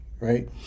Right